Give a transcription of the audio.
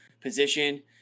position